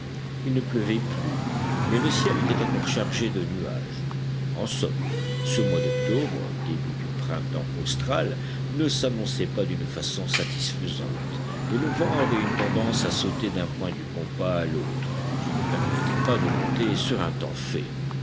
il ne pleuvait plus mais le ciel était encore chargé de nuages en somme ce mois d'octobre début du printemps austral ne s'annonçait pas d'une façon satisfaisante et le vent avait une tendance à sauter d'un point du compas à l'autre qui ne permettait pas de compter sur un temps fait